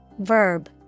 verb